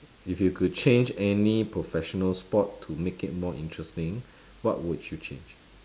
if you could change any professional sport to make it more interesting what would you change